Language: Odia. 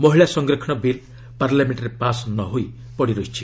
ମହିଳା ସଂରକ୍ଷଣ ବିଲ୍ ପାର୍ଲାମେଙ୍କରେ ପାସ୍ ନ ହୋଇ ପଡ଼ିରହିଛି